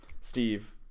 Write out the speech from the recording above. Steve